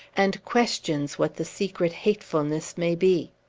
and questions what the secret hatefulness may be.